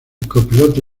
copiloto